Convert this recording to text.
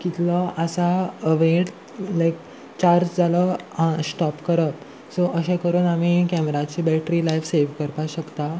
कितलो आसा वेट लायक चार्ज जालो आं स्टॉप करप सो अशें करून आमी कॅमेराची बॅटरी लायफ सेव करपाक शकता